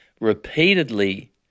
repeatedly